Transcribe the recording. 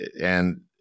And-